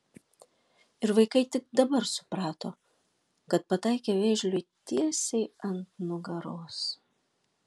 ir vaikai tik dabar suprato kad pataikė vėžliui tiesiai ant nugaros